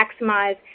maximize